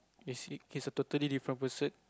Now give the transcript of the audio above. is he he is a totally different person